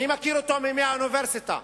אני מכיר אותו מימי האוניברסיטה.